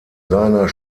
seiner